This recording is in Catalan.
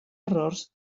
errors